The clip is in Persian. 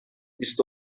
بیست